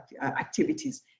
activities